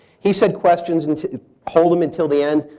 he said, questions, and hold them until the end,